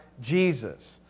Jesus